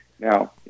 Now